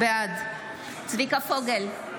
בעד צביקה פוגל,